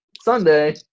Sunday